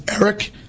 Eric